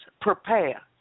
prepare